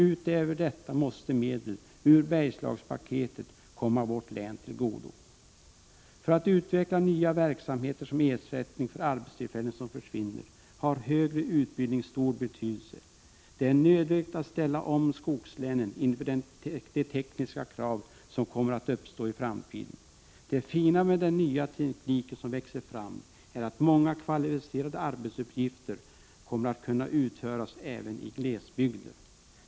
Utöver detta måste medel ur Bergslagspaketet komma vårt län till godo. För att utveckla nya verksamheter som ersättning för arbetstillfällen som försvinner har högre utbildning stor betydelse. Det är nödvändigt att ställa om skogslänen inför de tekniska krav som kommer att uppstå i framtiden. Det fina med den nya teknik som växer fram är att många kvalificerade arbetsuppgifter kommer att kunna utföras även i glesbygder.